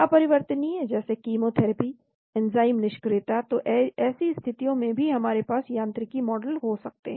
अपरिवर्तनीय जैसे chemotherapy enzyme निष्क्रियता तो ऐसी स्थितियों में भी हमारे पास यांत्रिकी मॉडल हो सकते हैं